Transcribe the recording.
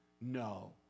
No